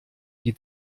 die